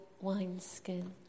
wineskin